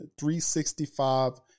365